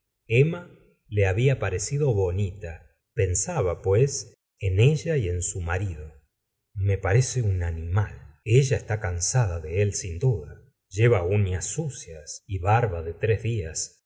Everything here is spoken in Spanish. emma le había parecido bonita pensaba pues en ella y en su marido me parece un animal ella está cansada de sin duda lleva uñas sucias y barba de tres días